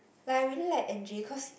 like I really N_J cause